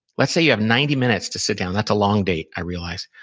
let's say you have ninety minutes to sit down. that's a long date, i realize.